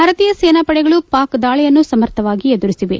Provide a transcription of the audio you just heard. ಭಾರತೀಯ ಸೇನಾ ಪಡೆಗಳು ಪಾಕ್ ದಾಳಿಯನ್ನು ಸಮರ್ಥವಾಗಿ ಎದುರಿಸಿವೆ